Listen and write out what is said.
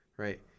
Right